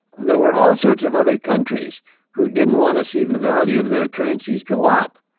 there were all sorts of other countries who didn't want to see the value of their currencies go up.